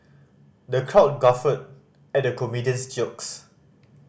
the crowd guffawed at the comedian's jokes